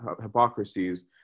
hypocrisies